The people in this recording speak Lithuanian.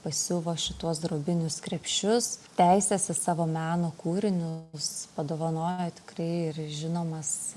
pasiuvo šituos drobinius krepšius teises į savo meno kūrinius padovanojo tikrai ir žinomas